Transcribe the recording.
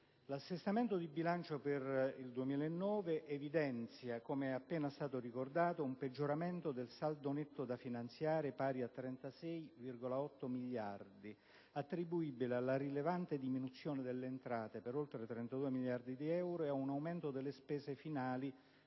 l'assestamento di bilancio per il 2009 evidenzia, come è appena stato ricordato, un peggioramento del saldo netto da finanziare pari a 36,8 miliardi di euro, attribuibile alla rilevante diminuzione delle entrate per oltre 32 miliardi di euro e ad un aumento delle spese finali